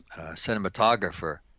cinematographer